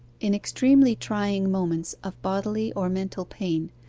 in extremely trying moments of bodily or mental pain,